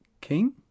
king